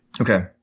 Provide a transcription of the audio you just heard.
Okay